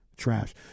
trash